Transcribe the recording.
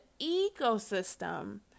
ecosystem